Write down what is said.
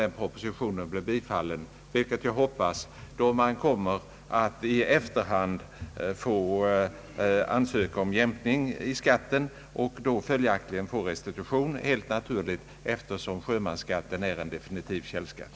Om propositionen blir bifallen, vilket jag hoppas, får man ett fall då man kommer att långt i efterhand få jämkning i skatten och då helt naturligt få restitution, eftersom sjömansskatten är en definitiv källskatt.